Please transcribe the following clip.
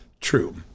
true